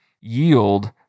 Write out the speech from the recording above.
yield